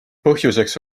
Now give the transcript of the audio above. põhjuseks